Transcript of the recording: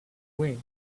wind